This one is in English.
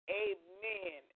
amen